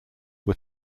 were